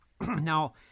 Now